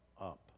up